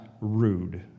rude